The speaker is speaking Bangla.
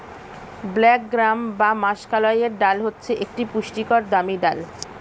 ব্ল্যাক গ্রাম বা মাষকলাইয়ের ডাল হচ্ছে একটি পুষ্টিকর দামি ডাল